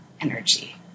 energy